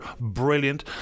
brilliant